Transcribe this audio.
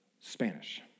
Spanish